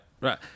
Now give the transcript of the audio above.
right